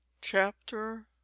Chapter